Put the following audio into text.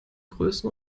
größen